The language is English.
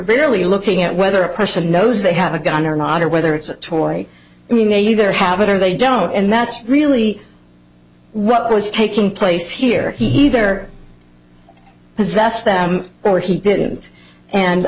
barely looking at whether a person knows they have a gun or not or whether it's a tory when they either have it or they don't and that's really what was taking place here he there possessed them where he didn't and